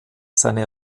seine